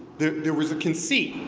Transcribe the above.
there there was a conceit,